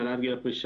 להעלאת גיל הפרישה,